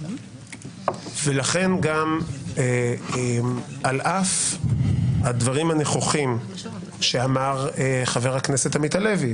ולכן על אף הדברים הנוכחים שאמר חבר הכנסת עמית הלוי,